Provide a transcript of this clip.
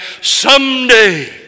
Someday